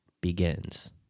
begins